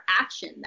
action